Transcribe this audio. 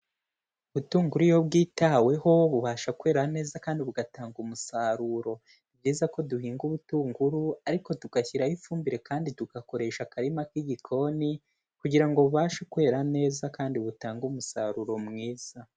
Ubutunguru iyo bwitaweho bubasha kwera neza kandi bugatanga umusaruro. Ni byiza ko duhinga ubutunguru ariko tugashyiraho ifumbire kandi tugakoresha akarima k'igikoni kugira bubashe kwera neza kandi butange umusaruro mwiza.